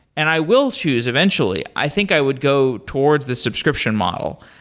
and i will choose eventually, i think i would go towards the subscription model.